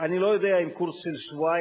אני לא יודע אם קורס של שבועיים,